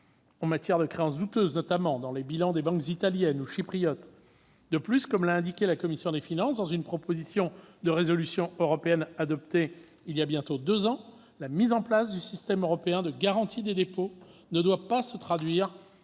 en matière de créances douteuses, notamment dans les bilans des banques italiennes ou chypriotes. De plus, comme l'a indiqué la commission des finances dans une proposition de résolution européenne adoptée il y a bientôt deux ans, la mise en place du système européen de garantie des dépôts ne doit pas se traduire par un